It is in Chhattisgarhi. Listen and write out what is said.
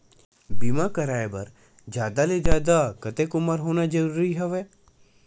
बीमा कराय बर जादा ले जादा कतेक उमर होना जरूरी हवय?